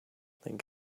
think